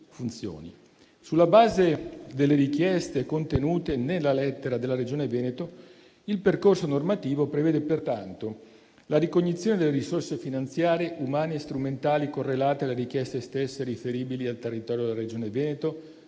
Sulla base delle richieste contenute nella lettera della Regione Veneto, il percorso normativo prevede pertanto la ricognizione delle risorse finanziarie, umane e strumentali correlate alle richieste stesse, riferibili al territorio della Regione Veneto,